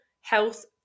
health